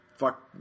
Fuck